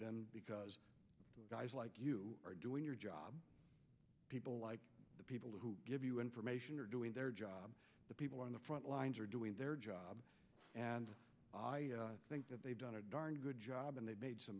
been because guys like you are doing your job people like the people who give you information are doing their job the people on the front lines are doing their job and i think that they've done a darn good job and they've made some